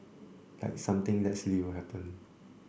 like something that silly will happen